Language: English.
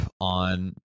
on